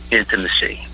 intimacy